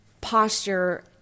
posture